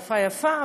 יפה יפה,